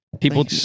people